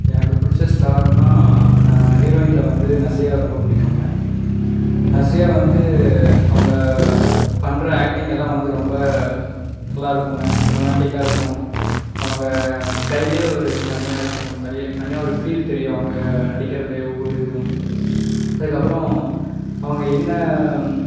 எனக்கு பிடிச்ச ஸ்டாருன்னா நான் ஹீரோயினில் வந்து நஸ்ரியாவை ரொம்ப பிடிக்குங்க நஸ்ரியா வந்து அவங்க பண்ணுற ஆக்டிங் எல்லாம் வந்து ரொம்ப நல்லா இருக்குங்க ரொமேன்டிக்காக இருக்கும் அவங்க ஸ்டைல்லையே ஒரு தனியாக இருக்கும் தளியே தனியாக ஒரு ஃபீல் தெரியும் அவங்க நடிக்கிறது ஒவ்வொரு இதுவும் அதுக்கப்புறோம் அவங்க என்ன